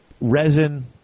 resin